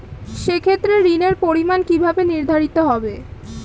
সে ক্ষেত্রে ঋণের পরিমাণ কিভাবে নির্ধারিত হবে?